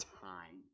time